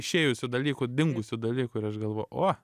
išėjusių dalykų dingusių dalykų ir aš galvoju o